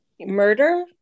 Murder